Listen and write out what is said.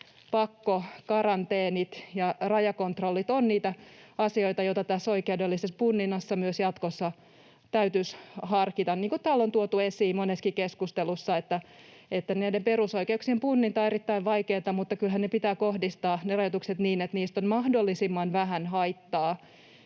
karanteenit ja rajakontrollit ovat niitä asioita, joita tässä oikeudellisessa punninnassa myös jatkossa täytyisi harkita, niin kuin täällä on tuotu esiin monessakin keskustelussa, että näiden perusoikeuksien punninta on erittäin vaikeata, mutta kyllähän ne rajoitukset pitää kohdistaa niin, että niistä on mahdollisimman vähän haittaa